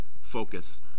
focus